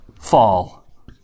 fall